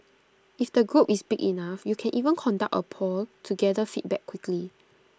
if the group is big enough you can even conduct A poll to gather feedback quickly